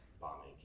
bombing